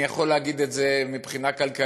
אני יכול להגיד את זה מבחינה כלכלית,